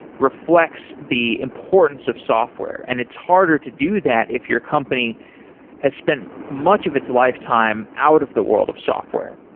reflects the importance of software and it's harder to do that if your company has spent much of its lifetime out of the world of software.